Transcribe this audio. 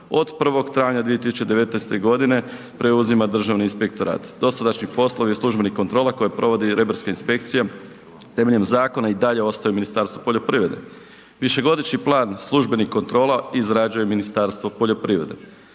od 1. travnja 2019. godine preuzima Državni inspektorat. Dosadašnji poslovi službenih kontrola ribarska inspekcija temeljem zakona i dalje ostaju u Ministarstvu poljoprivrede. Višegodišnji plan službenih kontrola izrađuje Ministarstvo poljoprivrede.